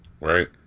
Right